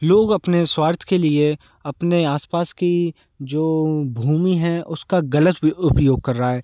लोग अपने स्वार्थ के लिए अपने आसपास की जो भूमि है उसका गलत उपयोग कर रहा है